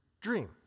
dream